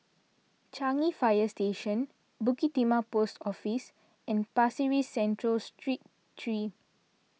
Changi Fire Station Bukit Timah Post Office and Pasir Ris Central Street three